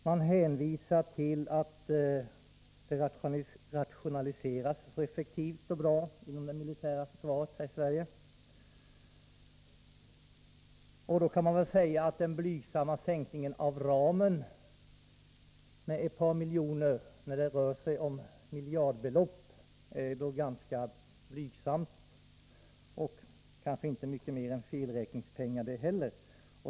Man hänvisar också till att det rationaliseras så effektivt och bra inom det militära försvaret här i Sverige. Då kan det väl sägas att sänkningen av ramen med ett par miljoner kronor, när det här rör sig om miljardbelopp, är ganska blygsam. Det är kanske inte mycket mer än felräkningspengar det heller.